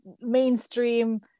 mainstream